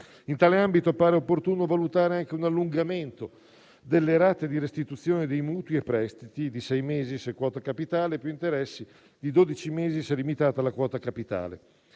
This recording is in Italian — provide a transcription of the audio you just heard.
in tale ambito appare opportuno valutare anche un allungamento delle rate di restituzione di mutui e prestiti, di sei mesi se di quota capitale più interessi e di dodici mesi se limitata alla quota capitale.